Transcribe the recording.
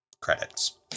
credits